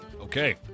Okay